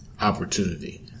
opportunity